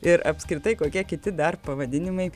ir apskritai kokie kiti dar pavadinimai